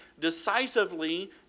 decisively